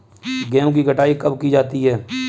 गेहूँ की कटाई कब की जाती है?